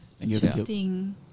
Interesting